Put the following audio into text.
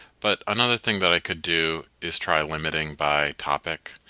but another thing that i could do is try limiting by topic.